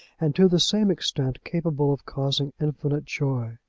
and, to the same extent, capable of causing infinite joy.